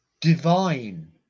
divine